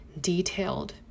detailed